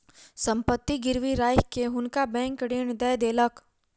संपत्ति गिरवी राइख के हुनका बैंक ऋण दय देलक